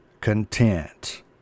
content